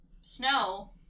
snow